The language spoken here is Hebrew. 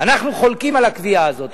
אנחנו חולקים על הקביעה הזאת,